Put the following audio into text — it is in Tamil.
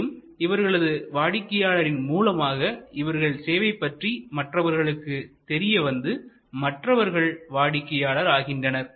மேலும் இவர்களது வாடிக்கையாளர்களின் மூலமாக இவர்கள் சேவை பற்றி மற்றவர்களுக்கு தெரியவந்து மற்றவர்களும் வாடிக்கையாளர் ஆகின்றனர்